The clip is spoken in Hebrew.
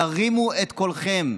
תרימו את קולכם.